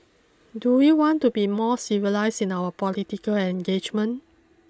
do we want to be more civilised in our political engagement